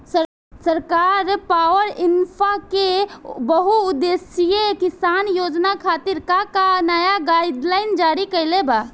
सरकार पॉवरइन्फ्रा के बहुउद्देश्यीय किसान योजना खातिर का का नया गाइडलाइन जारी कइले बा?